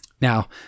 Now